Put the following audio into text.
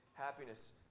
happiness